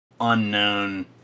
unknown